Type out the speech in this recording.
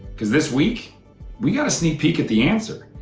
because this week we got a sneak peek at the answer.